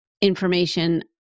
information